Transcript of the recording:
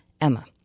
Emma